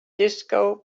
disco